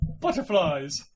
butterflies